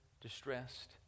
distressed